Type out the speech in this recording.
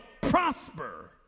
prosper